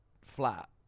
flat